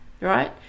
Right